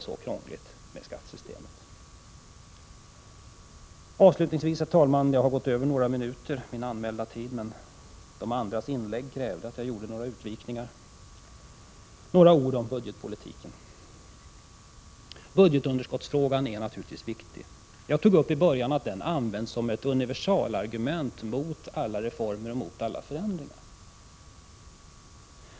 Så krångligt skall inte skattesystemet behöva vara. Herr talman! Jag har överskridit den föranmälda tiden med några minuter, men de tidigare inläggen krävde att jag gjorde några utvikningar. Låt mig säga några ord om budgetpolitiken. Frågan om budgetunderskottet är naturligtvis viktig. I början av mitt anförande sade jag att det används som ett universalargument mot alla reformer och förändringar.